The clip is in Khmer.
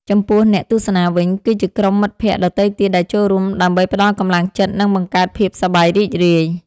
ចំពោះអ្នកទស្សនាវិញ គឺជាក្រុមមិត្តភក្តិដទៃទៀតដែលចូលរួមដើម្បីផ្ដល់កម្លាំងចិត្ត និងបង្កើតភាពសប្បាយរីករាយ។